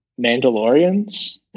Mandalorians